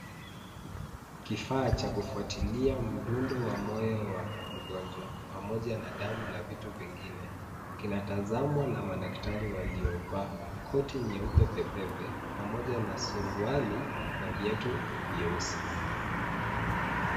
Kifaa cha kufuatilia mdundo wa moyo wa mgonjwa pamoja na damu na vitu vingine. Kinatazamwa na madaktari walio vaa koti nyeupe pepepe. Pamoja na suruali na viatu vyeusi.